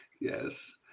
Yes